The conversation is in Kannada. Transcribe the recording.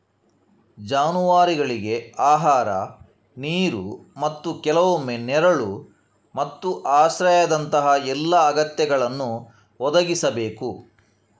ಜಾನುವಾರುಗಳಿಗೆ ಆಹಾರ, ನೀರು ಮತ್ತು ಕೆಲವೊಮ್ಮೆ ನೆರಳು ಮತ್ತು ಆಶ್ರಯದಂತಹ ಎಲ್ಲಾ ಅಗತ್ಯಗಳನ್ನು ಒದಗಿಸಬೇಕು